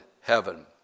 heaven